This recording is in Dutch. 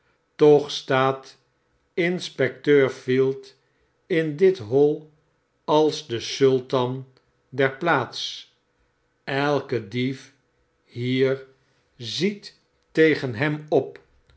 toch staat inspecteur field in dit hoi als de sultan der plaats elke dief hier ziet tegen hem op